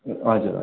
ए हजुर हजुर